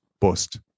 bust